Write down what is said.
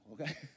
okay